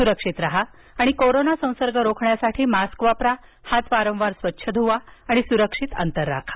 सुरक्षित राहा आणि कोरोना संसर्ग रोखण्यासाठी मास्क वापरा हात वारंवार स्वच्छ धुवा सुरक्षित अंतर ठेवा